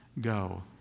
go